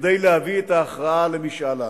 מכדי להביא את ההכרעה למשאל עם.